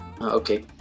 Okay